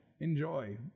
enjoy